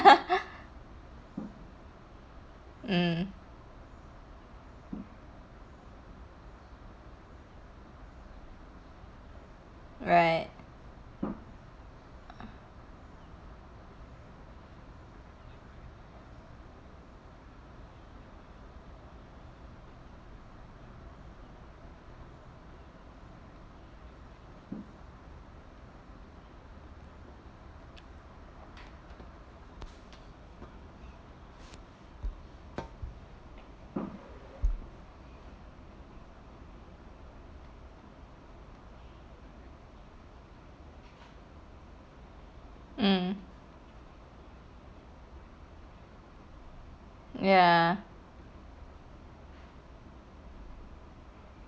mm right mm ya